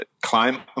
climb